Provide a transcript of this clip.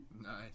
Nice